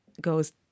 goes